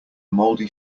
mouldy